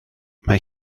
mae